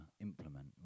implement